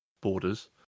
borders